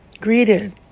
greeted